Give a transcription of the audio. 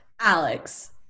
Alex